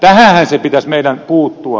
tähänhän pitäisi meidän puuttua